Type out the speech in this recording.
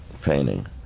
painting